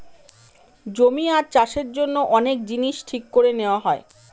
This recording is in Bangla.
জমি আর চাষের জন্য অনেক জিনিস ঠিক করে নেওয়া হয়